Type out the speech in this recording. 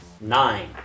Nine